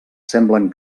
semblen